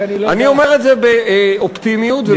אני אומר את זה באופטימיות ואפילו בהתרגשות,